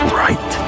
right